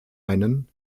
einen